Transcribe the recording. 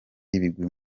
ibigwi